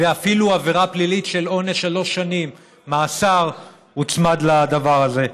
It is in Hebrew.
ואפילו עבירה פלילית של עונש שלוש שנות מאסר הוצמדה לדבר הזה.